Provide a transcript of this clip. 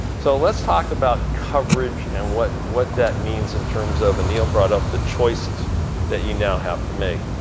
so let's talk about coverage and what what that means in terms of and neil brought up the choices that you now have to make.